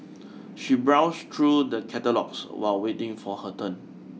she browsed through the catalogues while waiting for her turn